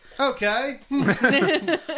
Okay